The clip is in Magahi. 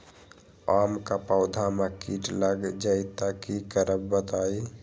आम क पौधा म कीट लग जई त की करब बताई?